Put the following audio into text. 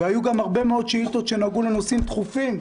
והיו גם הרבה מאוד שאילתות שנגעו לנושאים דחופים,